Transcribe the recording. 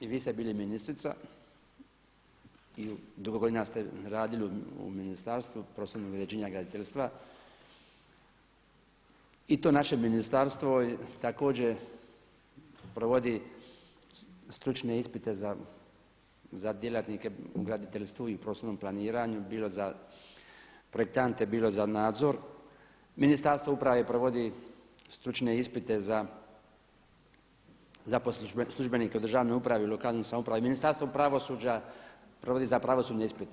I vi ste bili ministrica i dugo godina ste radili u Ministarstvu prostornog uređenja i graditeljstva i to naše ministarstvo također provodi stručne ispite za djelatnike u graditeljstvu i prostornom planiranju bilo za projektante bilo za nadzor. ministarstvo uprave provodi stručne ispite za službenike u državnoj upravi, lokalnoj samoupravi, Ministarstvu pravosuđa provodi za pravosudne ispite.